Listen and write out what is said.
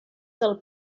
del